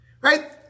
Right